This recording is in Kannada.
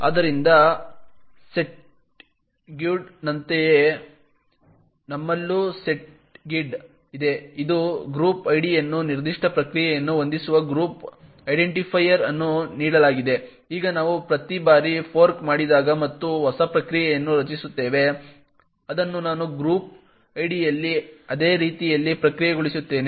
ಆದ್ದರಿಂದ ಸೆಟ್ಯೂಯಿಡ್ನಂತೆಯೇ ನಮ್ಮಲ್ಲೂ ಸೆಟ್ಗಿಡ್ ಇದೆ ಇದು ಗ್ರೂಪ್ ಐಡಿಯನ್ನು ನಿರ್ದಿಷ್ಟ ಪ್ರಕ್ರಿಯೆಯನ್ನು ಹೊಂದಿಸುವ ಗ್ರೂಪ್ ಐಡೆಂಟಿಫೈಯರ್ ಅನ್ನು ನೀಡಲಾಗಿದೆ ಈಗ ನಾವು ಪ್ರತಿ ಬಾರಿ ಫೋರ್ಕ್ ಮಾಡಿದಾಗ ಮತ್ತು ಹೊಸ ಪ್ರಕ್ರಿಯೆಯನ್ನು ರಚಿಸುತ್ತೇವೆ ಅದನ್ನು ನಾನು ಗ್ರೂಪ್ ಐಡಿಯಲ್ಲಿ ಅದೇ ರೀತಿಯಲ್ಲಿ ಪ್ರಕ್ರಿಯೆಗೊಳಿಸುತ್ತೇನೆ